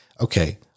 Okay